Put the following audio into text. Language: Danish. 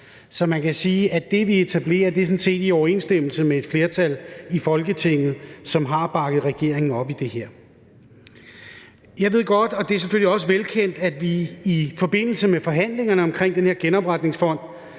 så man kan sige, at det, vi etablerer, sådan set er i overensstemmelse med et flertal i Folketinget, som har bakket regeringen op i det her. Jeg ved godt, og det er selvfølgelig også velkendt, at vi i forbindelse med forhandlingerne om den her genopretningsfond